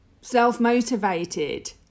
self-motivated